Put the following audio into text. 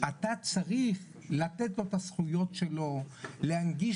אתה צריך לתת לו את הזכויות שלו להנגיש